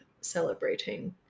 celebrating